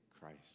Christ